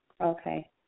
Okay